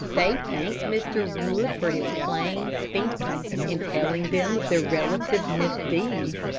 they thanked mr. wood for his plain speaking in telling them of their relative's misdeeds,